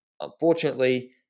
unfortunately